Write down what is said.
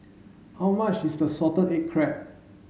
how much is the salted egg crab